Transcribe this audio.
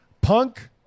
Punk